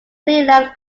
cleland